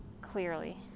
clearly